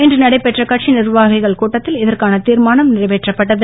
இன்று நடைபெற்ற கட்சி நிர்வாகிகள் கூட்டத்தில் இதற்கான திர்மானம் நிறைவேற்றப்பட்டது